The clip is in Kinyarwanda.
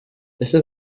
ese